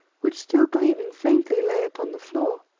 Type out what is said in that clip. which, still gleaming faintly, lay upon the floor.